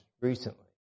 recently